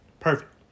Perfect